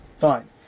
Fine